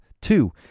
two